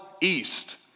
east